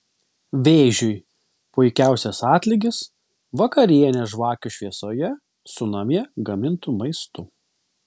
vėžiui puikiausias atlygis vakarienė žvakių šviesoje su namie gamintu maistu